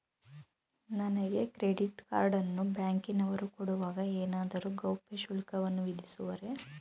ನನಗೆ credit card ಅನ್ನು ಬ್ಯಾಂಕಿನವರು ಕೊಡುವಾಗ ಏನಾದರೂ ಗೌಪ್ಯ ಶುಲ್ಕವನ್ನು ವಿಧಿಸುವರೇ?